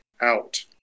out